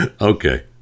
Okay